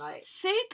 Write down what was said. Super